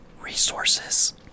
Resources